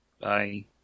Bye